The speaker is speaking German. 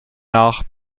nach